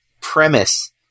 premise